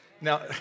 Now